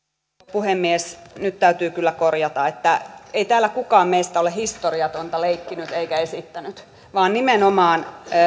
puhemies nyt täytyy kyllä korjata että ei täällä kukaan meistä ole historiatonta leikkinyt eikä esittänyt vaan nimenomaan